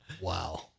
Wow